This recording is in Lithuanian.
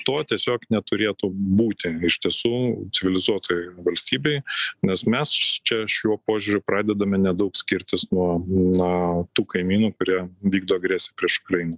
to tiesiog neturėtų būti iš tiesų civilizuotoj valstybėj nes mes čia šiuo požiūriu pradedame nedaug skirtis nuo na tų kaimynų kurie vykdo agresiją prieš ukrainą